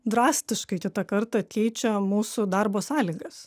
drastiškai kitą kartą keičia mūsų darbo sąlygas